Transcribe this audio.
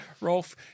Rolf